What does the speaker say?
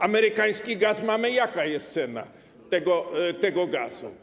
Amerykański gaz mamy, jaka jest cena tego gazu?